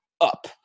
up